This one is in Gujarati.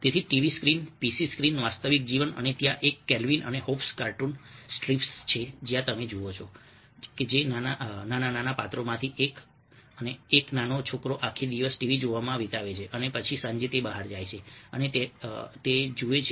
તેથી ટીવી સ્ક્રીન પીસી સ્ક્રીન વાસ્તવિક જીવન અને ત્યાં એક કેલ્વિન અને હોબ્સ કાર્ટૂન સ્ટ્રીપ્સ છે જ્યાં તમે જુઓ છો કે નાના નાના પાત્રોમાંથી એક એક નાનો છોકરો આખો દિવસ ટીવી જોવામાં વિતાવે છે અને પછી સાંજે તે બહાર જાય છે અને તેને જુએ છે